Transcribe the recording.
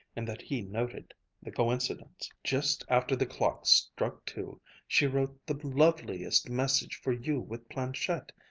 and that he noted the coincidence. just after the clock struck two she wrote the loveliest message for you with planchette.